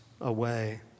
away